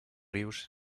rius